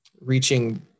reaching